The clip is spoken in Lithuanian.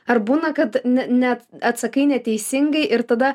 ar būna kad ne net atsakai neteisingai ir tada